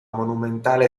monumentale